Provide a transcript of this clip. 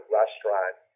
restaurant